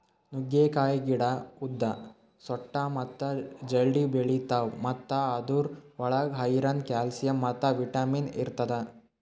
ನುಗ್ಗೆಕಾಯಿ ಗಿಡ ಉದ್ದ, ಸೊಟ್ಟ ಮತ್ತ ಜಲ್ದಿ ಬೆಳಿತಾವ್ ಮತ್ತ ಅದುರ್ ಒಳಗ್ ಐರನ್, ಕ್ಯಾಲ್ಸಿಯಂ ಮತ್ತ ವಿಟ್ಯಮಿನ್ ಇರ್ತದ